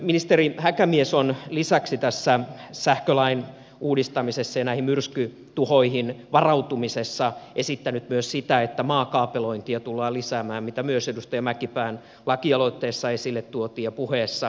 ministeri häkämies on sähkölain uudistamisessa ja myrskytuhoihin varautumisessa esittänyt myös sitä että maakaapelointia tullaan lisäämään mitä myös edustaja mäkipään lakialoitteessa ja puheessa esille tuotiin